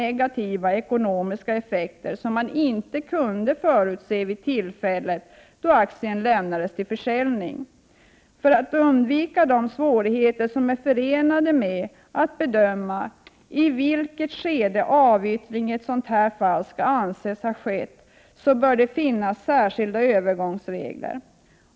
1988/89:86 negativa ekonomiska effekter som han inte kunde förutse vid tillfället då 22 mars 1989 aktien lämnades till försäljning. För att undvika de svårigheter som är Begränsad avdragsrätt förenade med att bedöma i vilket skede avyttring i ett sådant här fall skall KE a -: IL = för vissa reaförluster, anses ha skett, bör det finnas särskilda övergångsregler.